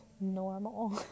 normal